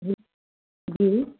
जी जी